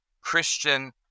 Christian